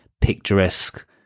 picturesque